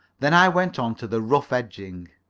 then i went on to the rough-edging.